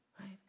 Right